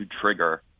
trigger